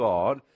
God